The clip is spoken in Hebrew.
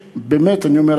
באמת אני אומר,